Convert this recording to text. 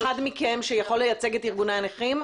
מכם שיכול לייצג את ארגוני הנכים.